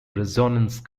resonance